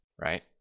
right